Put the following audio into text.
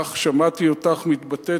כך שמעתי אותך מתבטאת,